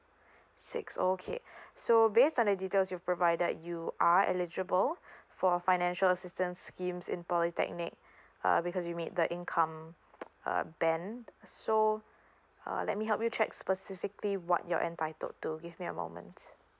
six okay so based on the details you provided you are eligible for financial assistance schemes in polytechnic uh because you made the income uh band so uh let me help you check specifically what you're entitled to give me a moment